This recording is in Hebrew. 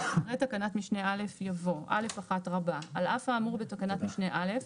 אחרי תקנת משנה (א) יבוא: (א1) "על אף האמור בתקנת משנה (א),